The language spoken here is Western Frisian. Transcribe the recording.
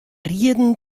rieden